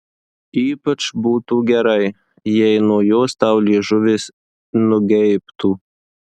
ypač būtų gerai jei nuo jos tau liežuvis nugeibtų